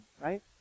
right